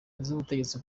z’ubutegetsi